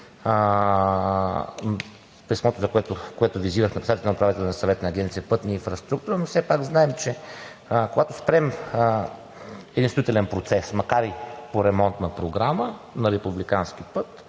Писмото, което визирахме – на председателя на Управителния съвет на Агенция „Пътна инфраструктура“, но все пак знаем, че когато спрем един строителен процес, макар и по ремонтна програма на републикански път,